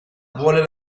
vuole